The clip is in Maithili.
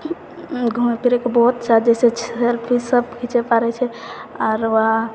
घुमै फिरैके ज्यादा स्वच्छ सब किछु पड़ै छै आओर वहाँ